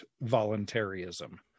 voluntarism